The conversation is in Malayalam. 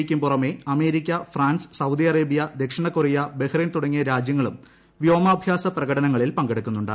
്യ്ക്കും പുറമേ അമേരിക്ക ഫ്രാൻസ് സൌദി അറേബ്യ ദക്ഷിണ ഏക്റ്റിയ ബഹ്റിൻ തുടങ്ങിയ രാജ്യങ്ങളും വ്യാമാഭ്യാസ പ്രകടനങ്ങളിൽ ്പങ്കെടുക്കുന്നുണ്ട്